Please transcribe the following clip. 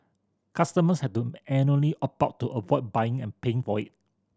customers had to annually opt out to avoid buying and paying for it